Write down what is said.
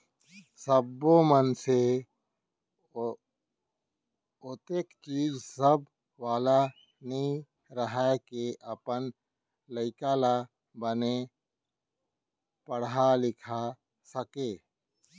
सब्बो मनसे ओतेख चीज बस वाला नइ रहय के अपन लइका ल बने पड़हा लिखा सकय